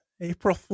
April